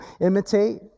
imitate